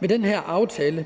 ved den her aftale.